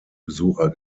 besucher